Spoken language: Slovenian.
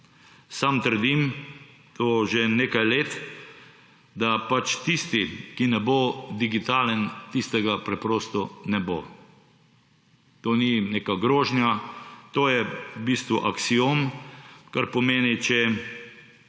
Sam trdim, to že nekaj let, da tisti, ki ne bo digitalen, tistega preprosto ne bo. To ni neka grožnja, to je v bistvu aksiom, kar pomeni, če